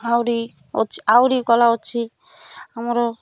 ଆହୁରି ଅଛି ଆହୁରି କଳା ଅଛି ଆମର